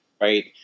right